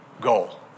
goal